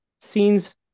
Scenes